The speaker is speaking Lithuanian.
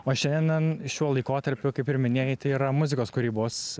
o šiandien šiuo laikotarpiu kaip ir minėjai tai yra muzikos kūrybos